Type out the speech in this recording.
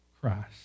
Christ